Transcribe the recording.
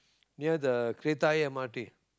near the kreta-ayer m_r_t